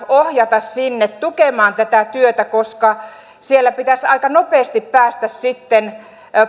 ohjata sinne voimavaroja tukemaan tätä työtä koska siellä pitäisi aika nopeasti päästä